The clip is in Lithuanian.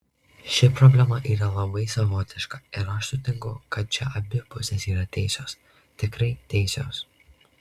ši problema yra labai savotiška ir aš sutinku kad čia abi pusės yra teisios tikrai teisios